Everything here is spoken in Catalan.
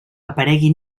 aparegui